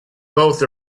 both